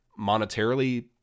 monetarily